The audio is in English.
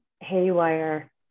haywire